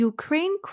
Ukraine